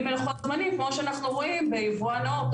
לוחות זמנים כמו שאנחנו רואים ביבואן נאות,